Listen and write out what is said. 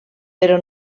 però